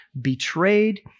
betrayed